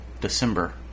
December